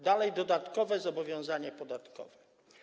Dalej - dodatkowe zobowiązanie podatkowe.